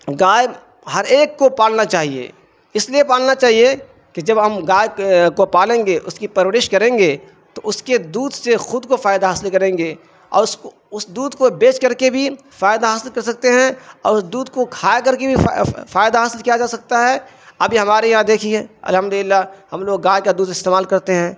گائے ہر ایک کو پالنا چاہیے اس لیے پالنا چاہیے کہ جب ہم گائے کو پالیں گے اس کی پرورش کریں گے تو اس کے دودھ سے خود کو فائدہ حاصل کریں گے اور اس کو اس دودھ کو بیچ کر کے بھی فائدہ حاصل کر سکتے ہیں اور اس دودھ کو کھا کر کے بھی فائدہ حاصل کیا جا سکتا ہے ابھی ہمارے یہاں دیکھیے الحمد للہ ہم لوگ گائے کا دودھ استعمال کرتے ہیں